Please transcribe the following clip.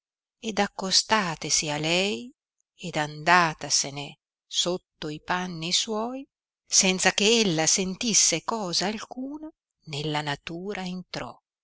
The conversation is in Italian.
piccioletta ed accostatesi a lei ed andatasene sotto i panni suoi senza che ella sentisse cosa alcuna nella natura entrò